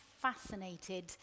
fascinated